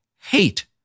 hate